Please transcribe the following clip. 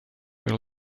were